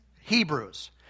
Hebrews